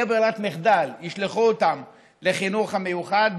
כברירת מחדל ישלחו אותם לחינוך מיוחד,